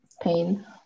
pain